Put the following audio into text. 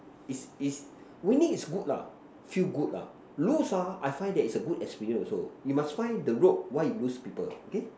is is winning is good lah feel good lah lose ah I find it's is a good experience also you must find the loop why you lose people okay